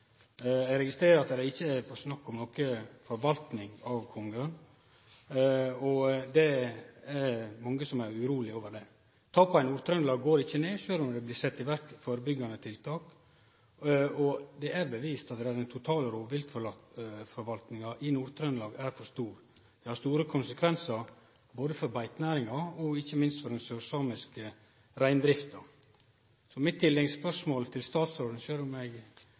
mange som er urolege over det. Tapa i Nord-Trøndelag går ikkje ned, sjølv om det blir sett i verk førebyggjande tiltak. Det er bevist at den totale rovviltforvaltninga i Nord-Trøndelag er for stor. Det har store konsekvensar både for beitenæringa og ikkje minst for den sørsamiske reindrifta. Så eg har eit tilleggsspørsmål til statsråden, sjølv om eg